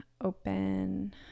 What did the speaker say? open